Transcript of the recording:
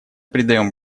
придаем